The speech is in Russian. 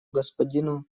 господину